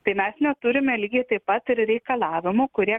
tai mes neturime lygiai taip pat ir reikalavimų kurie